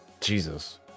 Jesus